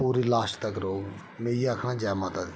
पूरी लास्ट तक्क रौह्ग में इ'यै आक्खना जै माता दी